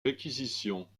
réquisitions